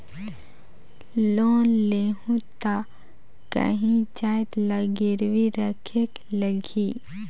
Loan लेहूं ता काहीं जाएत ला गिरवी रखेक लगही?